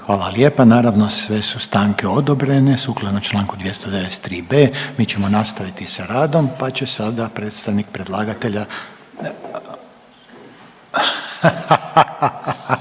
Hvala lijepa. Naravno sve su stanke odobrene. Sukladno čl. 293.b. mi ćemo nastaviti sa radom, pa će sada predstavnik predlagatelja